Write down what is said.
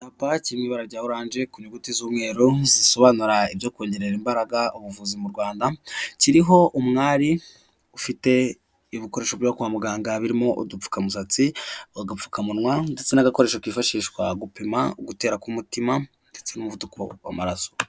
Icyapa kiri mu ibara rya oranje ku nyuguti z'umweru, zisobanura ibyo kongerera imbaraga ubuvuzi mu Rwanda, kiriho umwari ufite ibikoresho byo kwa muganga birimo udupfukamusatsi, agapfukamunwa ndetse n'agakoresho kifashishwa gupima gutera k'umutima, ndetse n'umuvuduko w'amaraso.